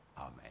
Amen